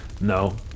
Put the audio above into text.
no